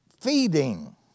feeding